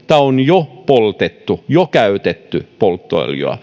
on jo poltettu jo käytetty polttoöljy